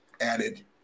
added